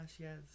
yes